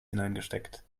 hineingesteckt